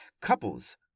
Couples